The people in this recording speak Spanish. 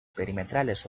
perimetrales